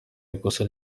ikosa